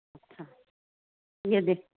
अच्छा ये देख